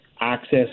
access